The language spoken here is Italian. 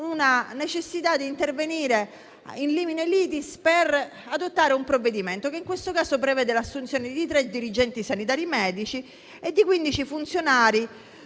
una necessità di intervenire *in limine litis* per adottare un provvedimento che, in questo caso, prevede l'assunzione di tre dirigenti sanitari medici e di quindici funzionari